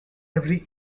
every